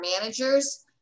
managers